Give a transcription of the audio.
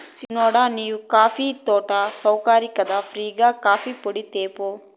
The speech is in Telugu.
సిన్నోడా నీవు కాఫీ తోటల నౌకరి కదా ఫ్రీ గా కాఫీపొడి తేపో